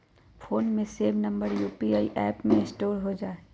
phone में save number UPI app में store हो जा हई